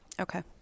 Okay